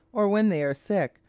or when they are sick,